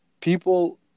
people